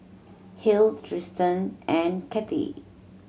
Hale Tristen and Cathie